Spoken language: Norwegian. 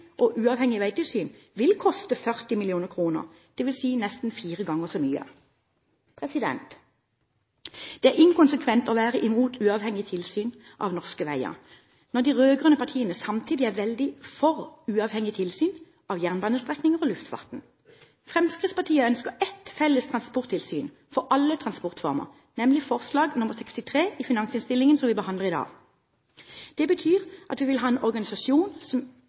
og uavhengig veitilsyn vil koste 40 mill. kr, dvs. nesten fire ganger så mye. Det er inkonsekvent å være imot uavhengig tilsyn av norske veier, når de rød-grønne partiene samtidig er veldig for uavhengig tilsyn av jernbanestrekninger og av luftfarten. Fremskrittspartiet ønsker ett felles transporttilsyn for alle transportformer, nemlig som i forslag nr. 63 i finansinnstillingen som vi behandler i dag. Det betyr at vi vil ha en organisasjon som